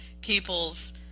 people's